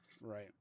Right